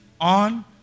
on